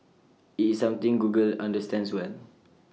IT is something Google understands well